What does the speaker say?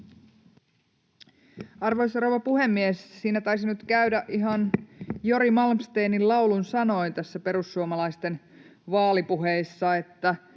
Arvoisa rouva puhemies! Taisi nyt käydä ihan Jori Malmsténin laulun sanoin perussuomalaisten vaalipuheissa: